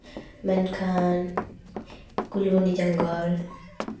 ᱢᱮᱱᱠᱷᱟᱱ ᱠᱩᱞᱵᱚᱱᱤ ᱡᱚᱝᱜᱚᱞ